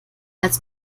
als